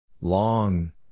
Long